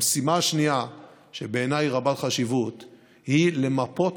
המשימה השנייה שבעיניי היא רבת-חשיבות היא למפות